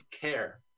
care